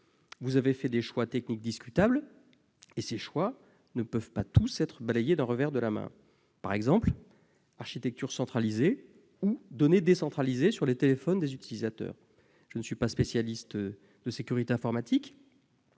vous avez fait des choix techniques discutables qui ne peuvent pas tous être balayés d'un revers de la main. Fallait-il, par exemple, opter pour une architecture centralisée ou pour des données décentralisées sur les téléphones des utilisateurs ? Je ne suis pas spécialiste de sécurité informatique,